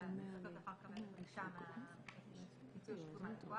אלא זה צריך להיות לאחר קבלת --- פיצוי או שיפוי ---.